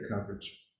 coverage